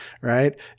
right